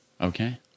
Okay